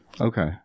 Okay